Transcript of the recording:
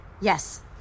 Yes